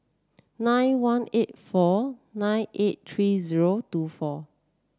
nine one eight four nine eight three zero two four